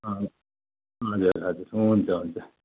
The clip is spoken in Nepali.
हजुर हजुर हुन्छ हुन्छ